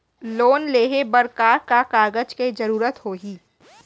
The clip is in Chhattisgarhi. लोन लेहे बर का का कागज के जरूरत होही?